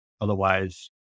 otherwise